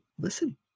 listen